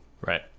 Right